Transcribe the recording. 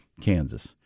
Kansas